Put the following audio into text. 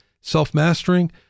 self-mastering